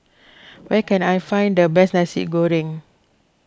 where can I find the best Nasi Goreng